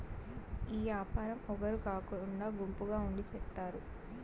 ఈ యాపారం ఒగరు కాకుండా గుంపుగా ఉండి చేత్తారు